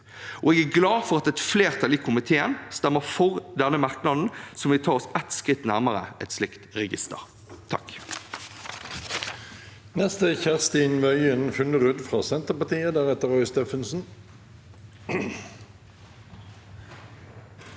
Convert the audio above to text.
jeg er glad for at et flertall i komiteen står bak denne merknaden, som vil ta oss ett skritt nærmere et slikt register.